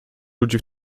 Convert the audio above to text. ludzi